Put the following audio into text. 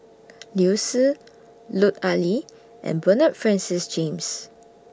Liu Si Lut Ali and Bernard Francis James